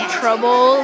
trouble